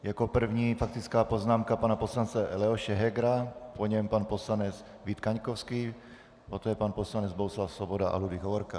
Jako první faktická poznámka pana poslance Leoše Hegera, po něm pan poslanec Vít Kaňkovský, poté pan poslanec Bohuslav Svoboda a Ludvík Hovorka.